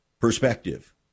perspective